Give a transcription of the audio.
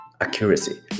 Accuracy